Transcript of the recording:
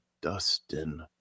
dustin